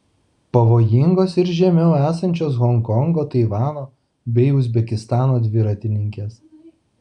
pavojingos ir žemiau esančios honkongo taivano bei uzbekistano dviratininkės